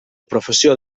professió